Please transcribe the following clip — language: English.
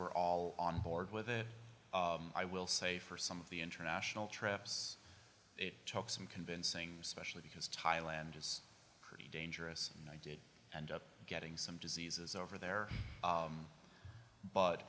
were all on board with it i will say for some of the international trips it took some convincing especially because thailand is pretty dangerous and i did end up getting some diseases over there